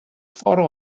ffordd